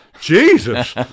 Jesus